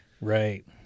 right